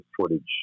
footage